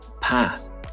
path